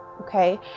okay